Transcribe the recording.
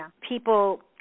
people